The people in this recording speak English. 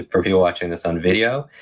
for people watching this on video,